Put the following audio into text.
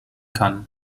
kann